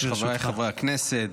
חבריי חברי הכנסת,